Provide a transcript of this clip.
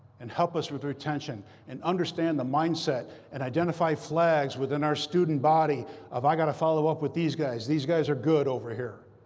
and help us with our retention and understand the mindset and identify flags within our student body of, i've got to follow up with these guys. these guys are good over here.